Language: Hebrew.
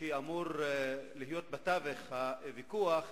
שאמור להיות בתווך הוויכוח,